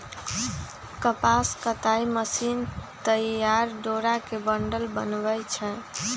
कपास कताई मशीन तइयार डोरा के बंडल बनबै छइ